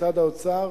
משרד האוצר